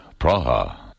Praha